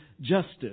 justice